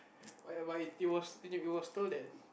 but but it was it was told that